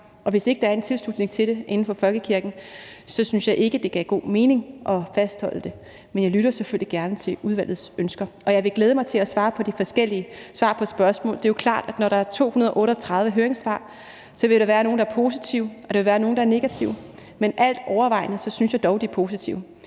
og hvis ikke der er en tilslutning til det inden for folkekirken, synes jeg ikke, det giver god mening at fastholde det. Men jeg lytter selvfølgelig gerne til udvalgets ønsker, og jeg vil glæde mig til de forskellige svar på spørgsmålene. Det er jo klart, at når der er 238 høringssvar, vil der være nogle, der er positive, og der vil være nogle, der er negative, men altovervejende synes jeg dog, de er positive,